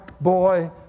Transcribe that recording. boy